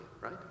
right